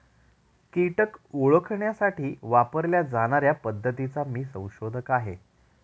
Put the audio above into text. कीटक ओळखण्यासाठी वापरल्या जाणार्या पद्धतीचा मी संशोधक आहे